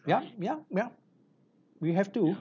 yup yup yup we have to